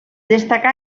destacà